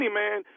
man